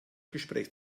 gespräch